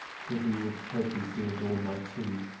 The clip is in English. till we with trophies do adorn thy tomb.